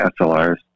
SLRs